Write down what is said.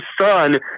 son